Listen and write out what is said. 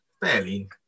fairly